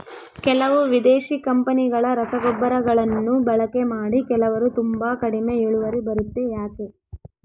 ಕೆಲವು ವಿದೇಶಿ ಕಂಪನಿಗಳ ರಸಗೊಬ್ಬರಗಳನ್ನು ಬಳಕೆ ಮಾಡಿ ಕೆಲವರು ತುಂಬಾ ಕಡಿಮೆ ಇಳುವರಿ ಬರುತ್ತೆ ಯಾಕೆ?